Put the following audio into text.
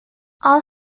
all